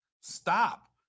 stop